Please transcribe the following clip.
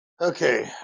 Okay